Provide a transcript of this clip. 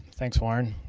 thanks, warren.